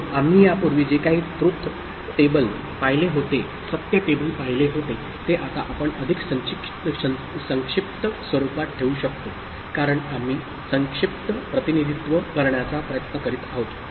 म्हणून आम्ही यापूर्वी जे काही तृथ टेबल पाहिले होते ते आता आपण अधिक संक्षिप्त स्वरूपात ठेवू शकतो कारण आम्ही संक्षिप्त प्रतिनिधीत्व करण्याचा प्रयत्न करीत आहोत